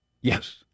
Yes